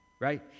right